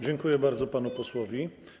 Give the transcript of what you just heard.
Dziękuję bardzo panu posłowi.